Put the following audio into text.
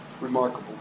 Remarkable